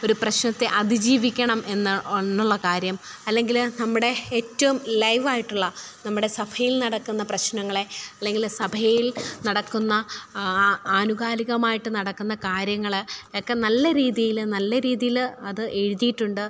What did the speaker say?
ഒരു പ്രശ്നത്തെ അതിജീവിക്കണം എന്ന് എന്നുള്ള കാര്യം അല്ലെങ്കില് നമ്മുടെ ഏറ്റവും ലൈവായിട്ടുള്ള നമ്മുടെ സഭയിൽ നടക്കുന്ന പ്രശ്നങ്ങളെ അല്ലെങ്കിൽ സഭയിൽ നടക്കുന്ന ആനുകാലികമായിട്ട് നടക്കുന്ന കാര്യങ്ങള് എക്ക നല്ല രീതിയില് നല്ല രീതിയില് അത് എഴുതിയിട്ടുണ്ട്